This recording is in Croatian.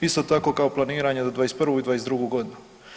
Isto tako kao planiranje za 2021. i 2022. godinu.